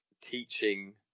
teaching